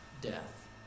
death